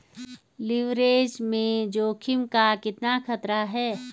Leverage में जोखिम का कितना खतरा है?